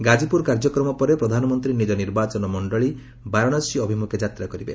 ଗାଜିପୁର କାର୍ଯ୍ୟକ୍ରମ ପରେ ପ୍ରଧାନମନ୍ତ୍ରୀ ନିଜ ନିର୍ବାଚନ ମଣ୍ଡଳୀ ବାରାଣସୀ ଅଭିମୁଖେ ଯାତ୍ରା କରିବେ